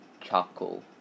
charcoal